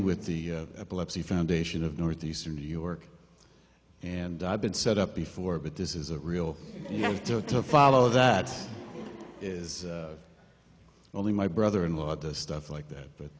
with the epilepsy foundation of northeastern new york and i've been set up before but this is a real deal to follow that is only my brother in law does stuff like that